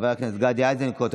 חבר הכנסת גדי איזנקוט,